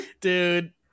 Dude